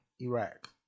Iraq